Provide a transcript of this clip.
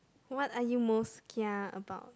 what are you most kia about